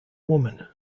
woman